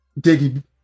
Diggy